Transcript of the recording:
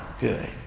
good